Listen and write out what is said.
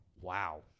Wow